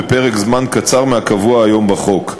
בפרק זמן קצר מהקבוע היום בחוק,